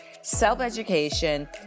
self-education